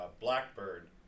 blackbird